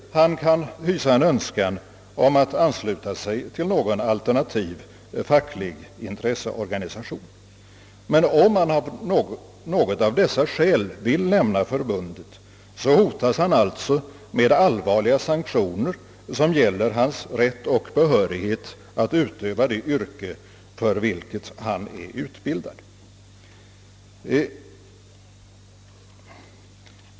Han kan också önska ansluta sig till någon alternativ facklig intresseorganisation. Men om han av något av dessa skäl lämnar förbundet hotas han alltså med allvarliga sanktioner som gäller hans rätt och behörighet att utöva det yrke för vilket han är utbildad.